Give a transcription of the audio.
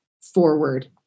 forward